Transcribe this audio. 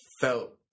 felt